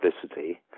publicity